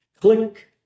click